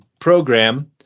program